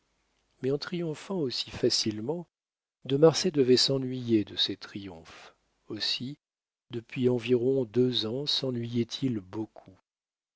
mais en triomphant aussi facilement de marsay devait s'ennuyer de ses triomphes aussi depuis environ deux ans sennuyait il beaucoup